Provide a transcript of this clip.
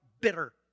bitter